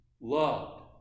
loved